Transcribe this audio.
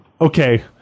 Okay